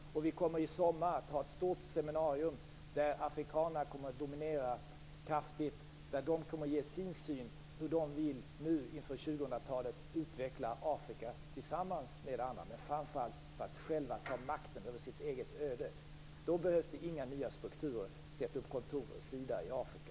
Vi kommer i sommar att ha ett stort seminarium där afrikanerna kommer att kraftigt dominera. De kommer att ge sin syn på hur de nu, inför 2000-talet, vill utveckla Afrika tillsammans med andra, framför allt för att själva ta makten över sitt eget öde. Då behövs det inga nya strukturer för att sätta upp kontor för Sida i Afrika.